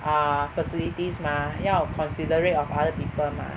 ah facilities mah 要 considerate of other people mah